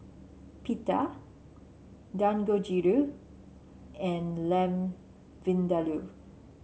Pita Dangojiru and Lamb Vindaloo